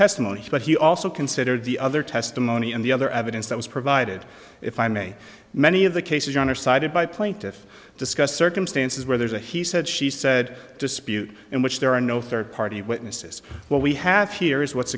testimony but he also considered the other testimony and the other evidence that was provided if i may many of the cases under cited by plaintiff discussed circumstances where there's a he said she said dispute in which there are no third party witnesses what we have here is what's